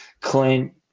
Clint